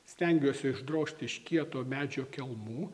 stengiuosi išdrožti iš kieto medžio kelmų